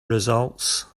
results